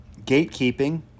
Gatekeeping